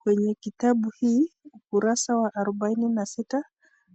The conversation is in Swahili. Kwenye kitabu hii ukurasa wa arubaini na sita